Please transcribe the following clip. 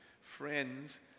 friends